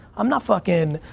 i'm not fuckin',